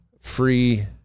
free